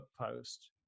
post